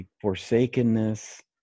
forsakenness